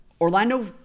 Orlando